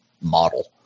model